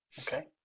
Okay